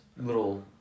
Little